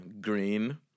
green